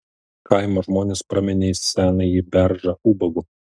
kaimo žmonės praminė senąjį beržą ubagu